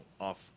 off